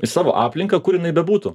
į savo aplinką kur jinai bebūtų